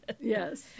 Yes